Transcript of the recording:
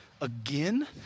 Again